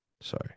Sorry